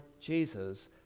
Jesus